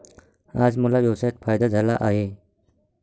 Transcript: आज मला व्यवसायात फायदा झाला आहे